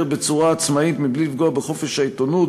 בצורה עצמאית מבלי לפגוע בחופש העיתונות,